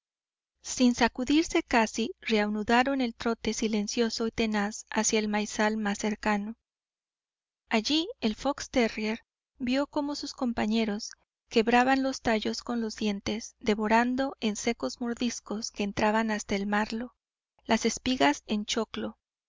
sin sacudirse casi reanudaron el trote silencioso y tenaz hacia el maizal más cercano allí el fox terrier vió cómo sus compañeros quebraban los tallos con los dientes devorando en secos mordiscos que entraban hasta el marlo las espigas en choclo